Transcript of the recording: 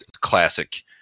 classic